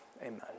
Amen